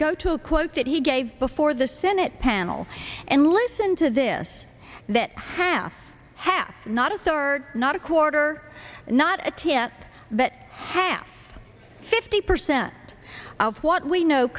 go to a quote that he gave before the senate panel and listen to this that half half not a third not a quarter not a ts that half fifty percent of what we know